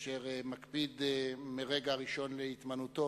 אשר מקפיד מהרגע הראשון להתמנותו